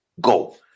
go